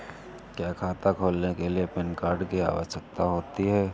क्या खाता खोलने के लिए पैन कार्ड की आवश्यकता होती है?